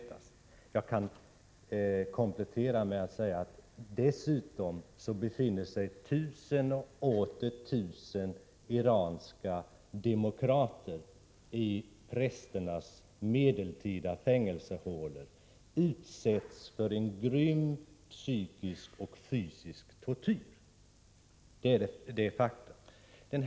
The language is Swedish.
Jag kan komplettera med att säga att tusen och åter tusen iranska demokrater dessutom befinner sig i prästernas medeltida fängelsehålor och utsätts för en grym psykisk och fysisk tortyr. Det är fakta.